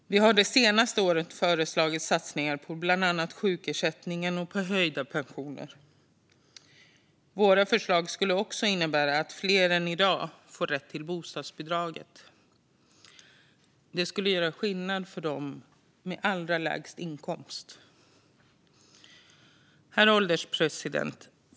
Vi har de senaste åren föreslagit satsningar på bland annat sjukersättningen och höjda pensioner. Våra förslag skulle också innebära att fler än i dag får rätt till bostadsbidraget. Det skulle göra skillnad för dem med allra lägst inkomst. Herr ålderspresident!